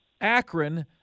akron